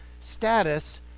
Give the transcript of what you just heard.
status